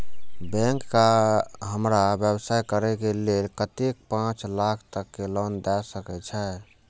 Bank का हमरा व्यवसाय करें के लेल कतेक पाँच लाख तक के लोन दाय सके छे?